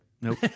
Nope